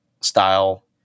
style